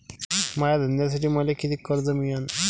माया धंद्यासाठी मले कितीक कर्ज मिळनं?